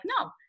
no